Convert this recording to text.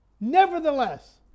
Nevertheless